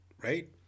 right